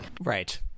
Right